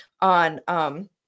on